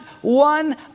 one